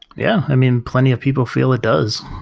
yeah. i mean, plenty of people feel it does,